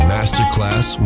Masterclass